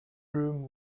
room